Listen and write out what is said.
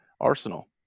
Arsenal